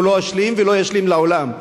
והוא לא השלים ולא ישלים לעולם.